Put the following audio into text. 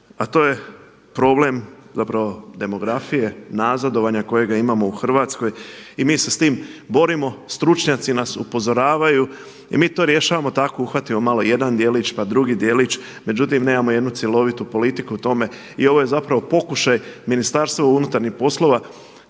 a to je problem zapravo demografije, nazadovanja kojega imamo u Hrvatskoj i mi se s tim borimo, stručnjaci nas upozoravaju i mi to rješavamo tako, uhvatimo malo jedan djelić, pa drugi djelić. Međutim, nemamo jednu cjelovitu politiku o tome. I ovo je zapravo pokušaj Ministarstva unutarnjih poslova,